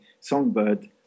songbird